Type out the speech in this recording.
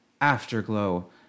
afterglow